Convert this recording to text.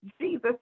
Jesus